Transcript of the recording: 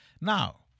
Now